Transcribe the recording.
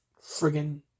Friggin